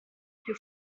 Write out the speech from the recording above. più